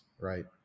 right